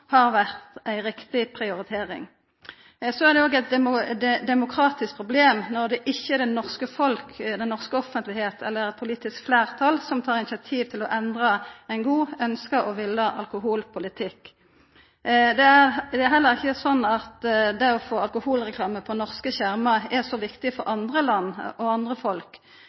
har vore ei riktig prioritering. Så er det òg eit demokratisk problem når det ikkje er det norske folk, den norske offentlegheita eller eit politiske fleirtal som tek initiativ til å endra ein god, ønskt og villa alkoholpolitikk. Det er heller ikkje sånn at det å få alkoholreklame på norske skjermar er så viktig for andre land og andre folk,